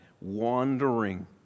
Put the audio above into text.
wandering